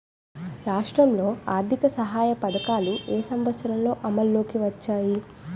రాష్ట్రంలో ఆర్థిక సహాయ పథకాలు ఏ సంవత్సరంలో అమల్లోకి వచ్చాయి?